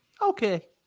Okay